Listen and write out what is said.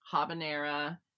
Habanera